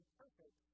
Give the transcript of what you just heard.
perfect